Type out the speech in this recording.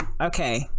okay